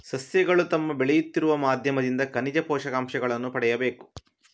ಸಸ್ಯಗಳು ತಮ್ಮ ಬೆಳೆಯುತ್ತಿರುವ ಮಾಧ್ಯಮದಿಂದ ಖನಿಜ ಪೋಷಕಾಂಶಗಳನ್ನು ಪಡೆಯಬೇಕು